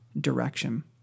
direction